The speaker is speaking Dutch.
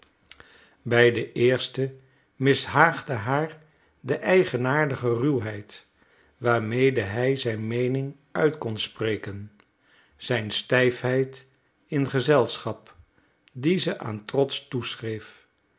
bij den eersten mishaagde haar de eigenaardige ruwheid waarmede hij zijn meening uit kon spreken zijn stijfheid in gezelschap die ze aan